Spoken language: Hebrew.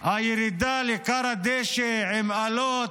הירידה לכר הדשא עם אלות,